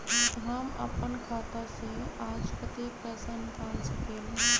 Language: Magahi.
हम अपन खाता से आज कतेक पैसा निकाल सकेली?